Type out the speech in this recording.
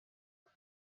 jocs